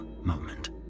moment